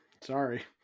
Sorry